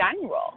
general